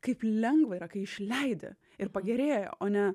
kaip lengva yra kai išleidi ir pagerėja o ne